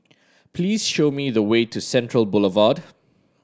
please show me the way to Central Boulevard